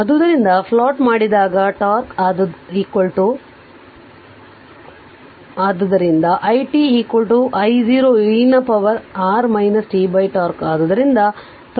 ಆದ್ದರಿಂದ ಪ್ಲಾಟ್ ಮಾಡಿದಾಗ τ ಆದ್ದರಿಂದ i t I0 e ನ ಪವರ್ r t τ